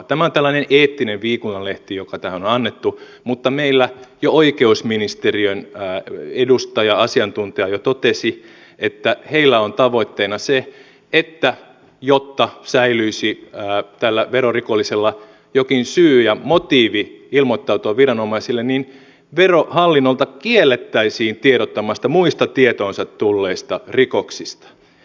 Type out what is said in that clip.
tämä on tällainen eettinen viikunanlehti joka tähän on annettu mutta meille oikeusministeriön edustaja asiantuntija jo totesi että heillä on tavoitteena se että jotta säilyisi tällä verorikollisella jokin syy ja motiivi ilmoittautua viranomaisille niin verohallintoa kiellettäisiin tiedottamasta muista tietoonsa tulleista rikoksista